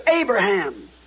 Abraham